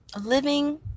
living